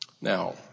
Now